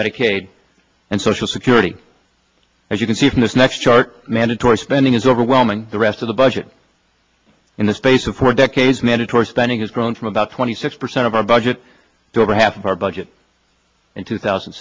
medicaid and social security as you can see from this next chart mandatory spending is overwhelming the rest of the budget in the space of four decades mandatory spending has grown from about twenty six percent of our budget to over half of our budget in two thousand